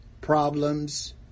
problems